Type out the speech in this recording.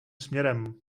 směrem